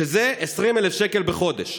שזה 20,000 שקל בחודש.